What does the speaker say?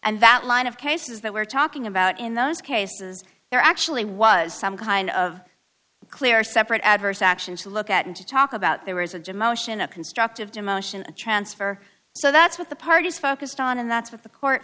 and that line of cases that we're talking about in those cases there actually was some kind of clear separate adverse action to look at and to talk about there was a demotion a constructive demotion transfer so that's what the parties focused on and that's what the court